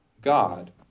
God